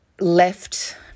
left